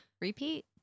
repeat